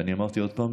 ואני אמרתי, עוד פעם: